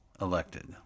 elected